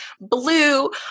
blue